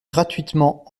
gratuitement